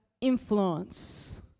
influence